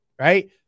Right